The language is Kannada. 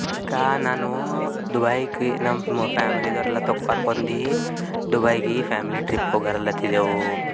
ಈಗಾ ನಾನೂ ದುಬೈಗೆ ನಮ್ಮ ಫ್ಯಾಮ್ಲಿದವರೆಲ್ಲ ತ ಕರ್ಕೊಂಡು ದುಬೈಗೆ ಫ್ಯಾಮ್ಲಿ ಟ್ರಿಪ್ ಹೋಗರಲ್ಲತ್ತಿದ್ದೆವು